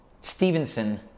Stevenson